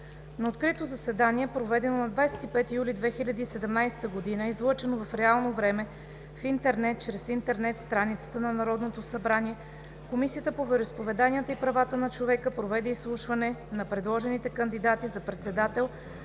На открито заседание, проведено на 25 юли 2017 г. и излъчено в реално време в интернет чрез интернет страницата на Народното събрание, Комисията по вероизповеданията и правата на човека проведе изслушване на предложените кандидати за председател,